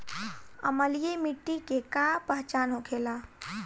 अम्लीय मिट्टी के का पहचान होखेला?